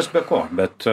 kas be ko bet